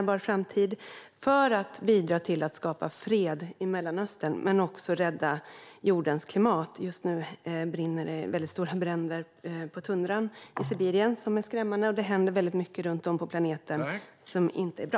Detta är viktigt både för att bidra till att skapa fred i Mellanöstern och för att rädda jordens klimat. Just nu rasar stora och skrämmande bränder på tundran i Sibirien, och det händer väldigt mycket runt om på planeten som inte är bra.